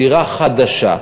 דירה חדשה,